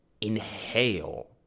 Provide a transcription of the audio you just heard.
inhale